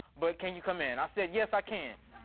but can you come in? i said, yes, i can.